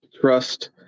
trust